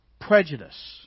prejudice